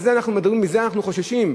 על זה אנחנו מדברים, מזה אנחנו חוששים?